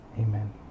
Amen